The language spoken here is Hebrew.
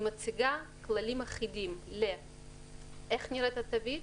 היא מציגה כללים אחידים לאיך נראית התווית,